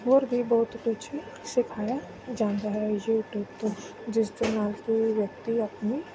ਹੋਰ ਵੀ ਬਹੁਤ ਕੁਛ ਸਿਖਾਇਆ ਜਾਂਦਾ ਹੈ ਯੂਟੀਊਬ ਤੋਂ ਜਿਸ ਦੇ ਨਾਲ ਕੋਈ ਵਿਅਕਤੀ ਆਪਣੀ